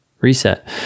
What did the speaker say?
reset